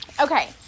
okay